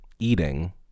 eating